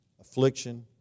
affliction